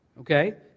Okay